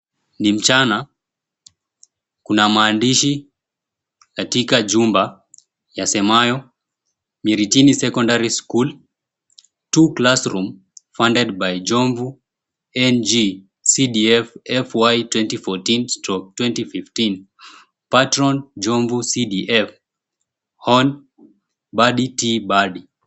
Ni mchana kuna maandishi katika jumba yasemayo, Miritini Secondary School, two classrooms funded by Jomvu NGCDF FY2014/2015 patron Jomvu CDF, Hon Badi T Bady.